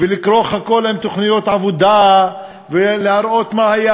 ולכרוך הכול עם תוכניות עבודה ולהראות מה היה